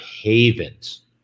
havens